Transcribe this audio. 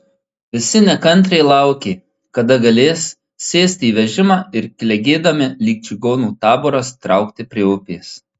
visi nekantriai laukė kada galės sėsti į vežimą ir klegėdami lyg čigonų taboras traukti prie upės